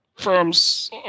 firms